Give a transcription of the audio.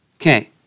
Okay